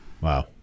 wow